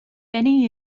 benny